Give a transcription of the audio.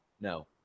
No